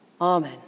Amen